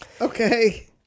Okay